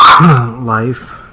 life